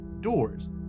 doors